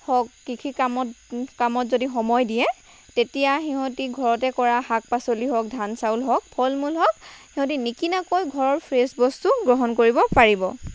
হওক কৃষি কামত কামত যদি সময় দিয়ে তেতিয়া সিহঁতি ঘৰতে কৰা শাক পাচলি হওক ধান চাউল হওক ফল মূল হওক সিহঁতি নিকিনাকৈ ঘৰৰ ফ্ৰেছ বস্তু গ্ৰহণ কৰিব পাৰিব